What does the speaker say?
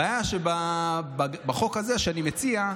הבעיה, שבחוק הזה שאני מציע,